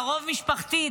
קרוב משפחתי,